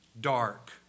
Dark